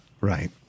Right